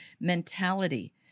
mentality